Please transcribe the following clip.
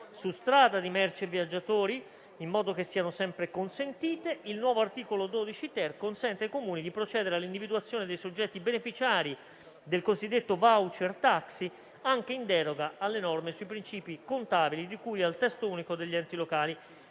su strada di merci e viaggiatori, in modo che siano sempre consentite. Il nuovo articolo 12-*ter* consente ai Comuni di procedere all'individuazione dei soggetti beneficiari del cosiddetto *voucher* taxi anche in deroga alle norme sui principi contabili di cui al testo unico degli enti locali.